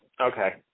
Okay